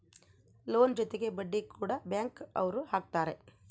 loan ಜೊತೆಗೆ ಬಡ್ಡಿ ಕೂಡ ಬ್ಯಾಂಕ್ ಅವ್ರು ಹಾಕ್ತಾರೆ